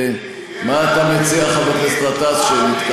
מדי פעם,